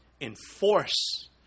enforce